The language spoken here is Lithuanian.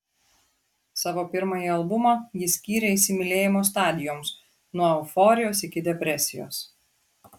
savo pirmąjį albumą ji skyrė įsimylėjimo stadijoms nuo euforijos iki depresijos